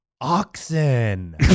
oxen